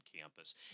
campus